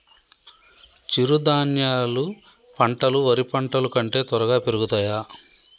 చిరుధాన్యాలు పంటలు వరి పంటలు కంటే త్వరగా పెరుగుతయా?